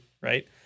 right